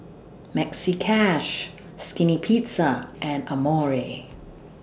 Maxi Cash Skinny Pizza and Amore